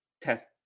test